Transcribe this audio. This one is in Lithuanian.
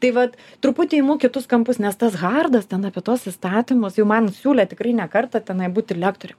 tai vat truputį imu kitus kampus nes tas hardas ten apie tuos įstatymus jau man siūlė tikrai ne kartą tenai būti lektore